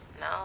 No